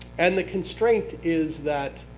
and the constraint is that